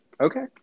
Okay